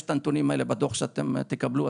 יש את הנתונים האלה בדוח שאתם תקבלו,